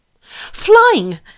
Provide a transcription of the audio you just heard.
Flying